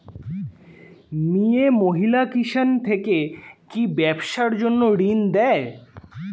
মিয়ে মহিলা কিষান থেকে কি ব্যবসার জন্য ঋন দেয়?